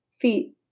feet